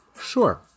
Sure